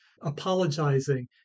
apologizing